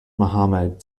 muhammad